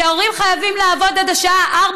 כי ההורים חייבים לעבוד עד השעה 16:00